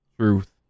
Truth